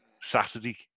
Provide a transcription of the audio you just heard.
Saturday